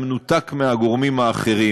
במנותק מהגורמים האחרים.